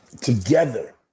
together